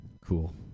Cool